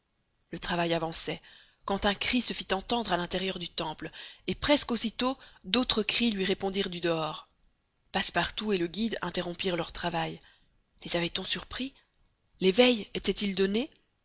le travail avançait quand un cri se fit entendre à l'intérieur du temple et presque aussitôt d'autres cris lui répondirent du dehors passepartout et le guide interrompirent leur travail les avait-on surpris l'éveil était-il donné